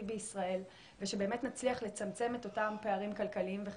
בישראל ושנצליח לצמצם את אותם פערים כלכליים וחברתיים.